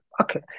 okay